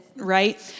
right